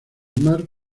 mar